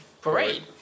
parade